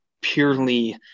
purely